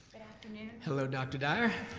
afternoon. hello, dr. dyer.